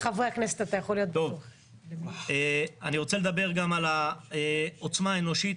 אני רוצה לדבר גם על העוצמה האנושית.